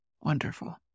Wonderful